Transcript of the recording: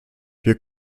wir